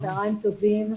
צהריים טובים.